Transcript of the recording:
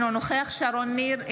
אינו נוכח שרון ניר,